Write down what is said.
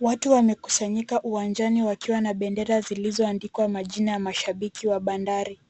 Watu wamekusanyika uwanjani wakiwa na bendera zilizoandikwa majina ya mashabiki wa Bandari.